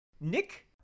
Nick